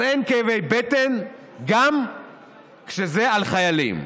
אז אין כאבי בטן גם כשזה על חיילים.